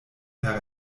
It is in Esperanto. per